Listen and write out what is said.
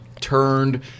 turned –